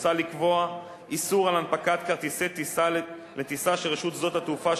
מוצע לקבוע איסור על הנפקת כרטיסי טיסה לטיסה שרשות שדות התעופה,